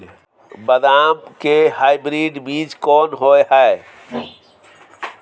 बदाम के हाइब्रिड बीज कोन होय है?